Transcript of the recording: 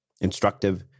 instructive